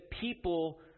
people